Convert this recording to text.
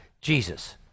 Jesus